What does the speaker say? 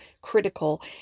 critical